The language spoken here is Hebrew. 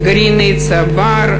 גרעיני "צבר"